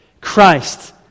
Christ